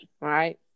right